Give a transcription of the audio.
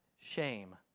shame